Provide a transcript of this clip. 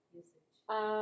usage